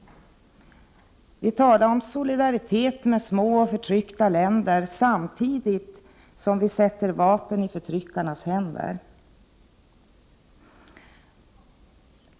Vi talar om solidaritet med små och förtryckta länder samtidigt som vi sätter vapen i förtryckarnas händer.